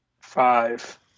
Five